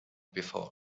before